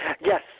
Yes